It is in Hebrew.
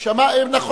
לא ויתר.